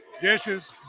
Dishes